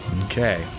Okay